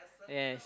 yes